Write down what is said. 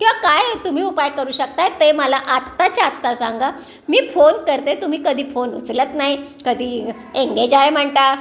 किंवा काय तुम्ही उपाय करू शकताय ते मला आत्ताच्या आत्ता सांगा मी फोन करते तुम्ही कधी फोन उचलत नाही कधी एंगेज आहे म्हणता